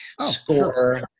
score